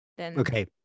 Okay